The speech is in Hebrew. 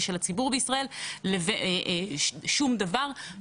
ושל הציבור בישראל שום דבר,